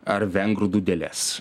ar vengrų dūdeles